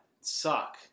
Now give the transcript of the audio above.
suck